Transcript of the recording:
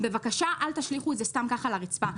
בבקשה אל תשליכו את זה סתם כך לרצפה.